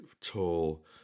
tall